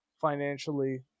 financially